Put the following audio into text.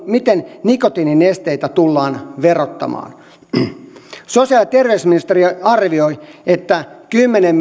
miten nikotiininesteitä tullaan verottamaan sosiaali ja terveysministeriö arvioi että kymmenen